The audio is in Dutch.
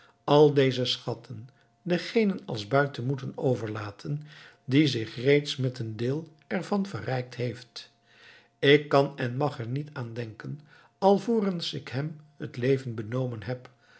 al deze schatten dengene als buit te moeten overlaten die zich reeds met een deel er van verrijkt heeft ik kan en mag er niet aan denken alvorens ik hem het leven benomen heb